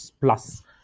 plus